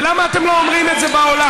למה אתם לא אומרים את זה בעולם,